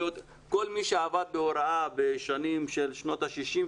כל מי שעבד בהוראה בשנות ה-60,